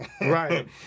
Right